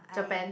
Japan